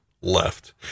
left